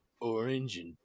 orange